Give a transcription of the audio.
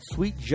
Sweet